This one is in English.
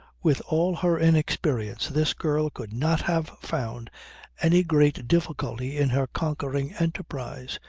with all her inexperience this girl could not have found any great difficulty in her conquering enterprise.